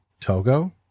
togo